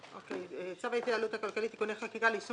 צו ההתייעלות הכלכלית (תיקוני חקיקה ליישום